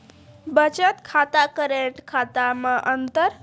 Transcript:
बचत खाता करेंट खाता मे अंतर?